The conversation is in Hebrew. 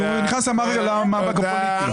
כי הוא נכנס למאבק הפוליטי.